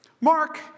Mark